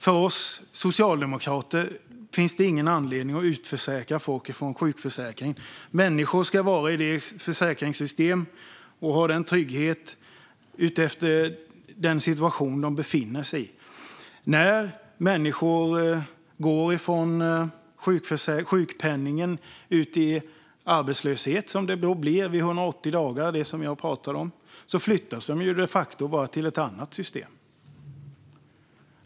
För oss socialdemokrater finns det ingen anledning att utförsäkra folk från sjukförsäkringen. Människor ska ha trygghet i sjukförsäkringssystemet efter den situation de befinner sig i. När människor går från sjukpenning ut i arbetslöshet - som det blir vid 180 dagar, vilket jag talade om - flyttas de ju de facto bara till ett annat system.